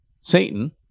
Satan